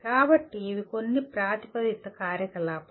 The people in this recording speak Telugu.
కాబట్టి ఇవి కొన్ని ప్రతిపాదిత కార్యకలాపాలు